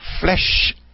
flesh